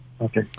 Okay